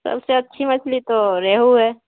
سب سے اچھی مچھلی تو ریہو ہے